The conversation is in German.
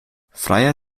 freier